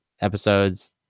episodes